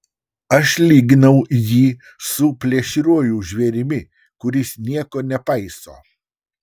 aš lyginau jį su plėšriuoju žvėrimi kuris nieko nepaiso